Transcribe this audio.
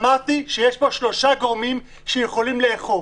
אמרתי שיש פה שלושה גורמים שיכולים לאכוף.